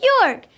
York